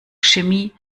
chemie